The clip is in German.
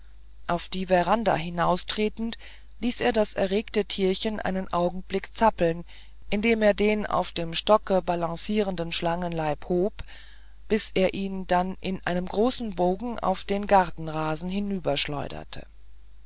auf die veranda hinaustretend ließ er das erregte tierchen einen augenblick zappeln indem er den auf dem stocke balanzierenden schlangenleib hob und senkte bis er ihn dann in einem großen bogen auf den gartenrasen